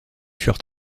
furent